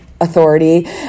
authority